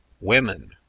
women